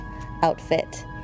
outfit